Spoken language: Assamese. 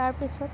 তাৰপিছত